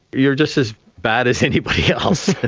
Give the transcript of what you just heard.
you're just as bad as anybody else.